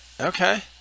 okay